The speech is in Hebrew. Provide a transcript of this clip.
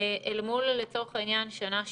אל מול לצורך העניין שנה שעברה,